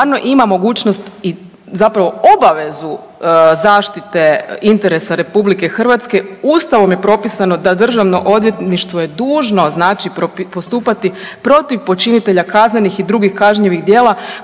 ima mogućnost i zapravo obavezu zaštite interesa RH, Ustavom je propisano da DORH je dužno znači postupati protiv počinitelja kaznenih i drugih kažnjivih djela,